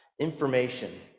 Information